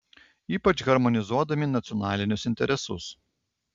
ypač harmonizuodami nacionalinius interesus